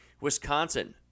Wisconsin